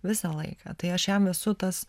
visą laiką tai aš jam esu tas